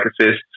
assists